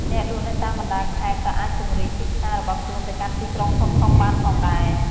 អ្នកលក់នៅតាមបណ្តាខេត្តក៏អាចពង្រីកទីផ្សាររបស់ខ្លួនទៅកាន់ទីក្រុងធំៗបានផងដែរ។